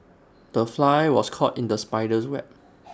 the fly was caught in the spider's web